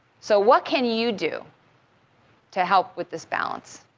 so what can you do to help with this balance?